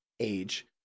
age